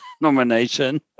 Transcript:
nomination